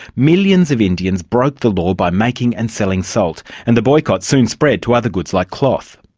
millions of indians broke the law by making and selling salt, and the boycott soon spread to other goods, like cloth.